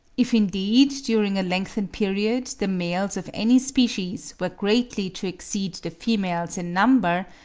if, indeed, during a lengthened period the males of any species were greatly to exceed the females in number,